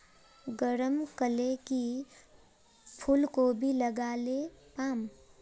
गरम कले की फूलकोबी लगाले पाम?